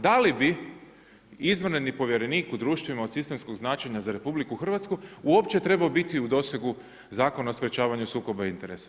Da li bi izvanredni povjerenik u društvima od sistemskog značenja za RH uopće trebao biti u dosegu Zakona o sprječavanju sukoba interesa.